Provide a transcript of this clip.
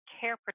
care